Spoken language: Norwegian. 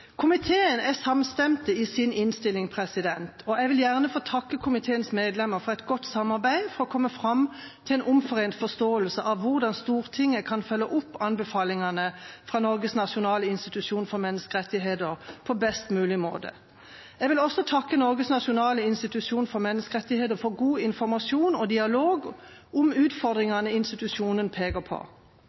Komiteen er samstemt i sin innstilling, og jeg vil gjerne få takke komiteens medlemmer for godt samarbeid for å komme fram til en omforent forståelse av hvordan Stortinget kan følge opp anbefalingene fra Norges nasjonale institusjon for menneskerettigheter på best mulig måte. Jeg vil også takke Norges nasjonale institusjon for menneskerettigheter for god informasjon og dialog om utfordringene institusjonen peker på.